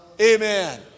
Amen